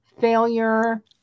failure